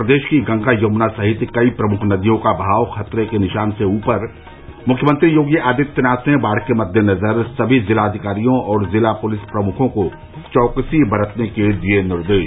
प्रदेश की गंगा यमुना सहित कई प्रमुख नदियों का बहाव खतरे के निशान से ऊपर मुख्यमंत्री योगी आदित्यनाथ ने बाढ़ के मद्देनजर सभी जिलाधिकारियों और जिला पुलिस प्रमुखों को चौकसी बरतने के दिये निर्देश